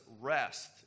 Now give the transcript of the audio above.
rest